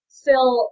Phil